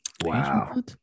Wow